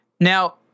Now